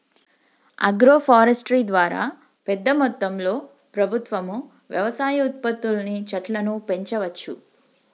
agro forestry ద్వారా పెద్ద మొత్తంలో ప్రభుత్వం వ్యవసాయ ఉత్పత్తుల్ని చెట్లను పెంచవచ్చు